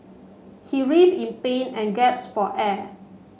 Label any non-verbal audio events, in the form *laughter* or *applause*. he *unintelligible* in pain and *unintelligible* for air